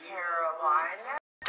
Carolina